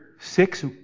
Six